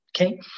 okay